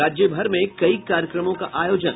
राज्यभर में कई कार्यक्रमों का आयोजन